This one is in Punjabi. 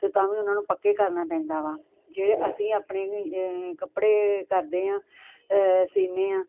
ਤੇ ਤਾਂ ਵੀ ਉਨ੍ਹਾਂ ਨੂੰ ਪੱਕੇ ਕਰਨਾ ਪੈਂਦਾ ਵਾ ਜਿਹੜੇ ਅਸੀਂ ਆਪਣੇ ਕੱਪੜੇ ਕਰਦੇ ਆਂ ਸੀਨੇਂ ਆਂ